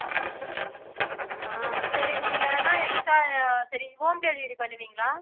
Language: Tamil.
அ ஆ சரி நீங்கள் வேணால் எக்ஸ்ட்டா சரி ஹோம் டெலிவரி பண்ணுவிங்களா